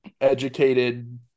educated